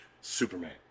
Superman